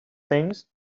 things